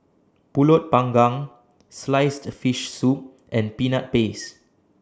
Pulut Panggang Sliced Fish Soup and Peanut Paste